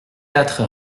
quatre